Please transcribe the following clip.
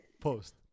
Post